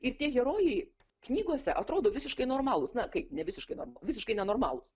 ir tie herojai knygose atrodo visiškai normalūs na kaip ne visiškai norm visiškai nenormalūs